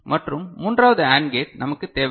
மற்றும் மூன்றாவது AND gate நமக்கு தேவையில்லை